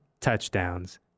touchdowns